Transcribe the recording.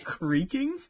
creaking